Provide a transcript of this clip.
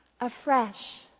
afresh